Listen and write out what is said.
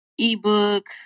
ebook